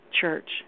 church